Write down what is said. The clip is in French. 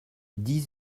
dix